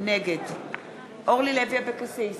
נגד מיקי לוי, אינו נוכח אורלי לוי אבקסיס,